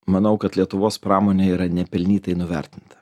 manau kad lietuvos pramonė yra nepelnytai nuvertinta